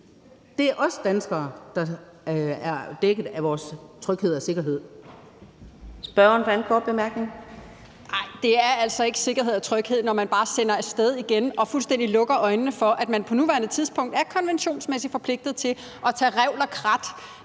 Adsbøl): Spørgeren for den anden korte bemærkning. Kl. 10:51 Mette Thiesen (DF): Ej, det er altså ikke sikkerhed og tryghed, når man bare sender nogle af sted igen og fuldstændig lukker øjnene for, at man på nuværende tidspunkt er konventionsmæssigt forpligtet til at tage revl og krat